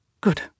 Good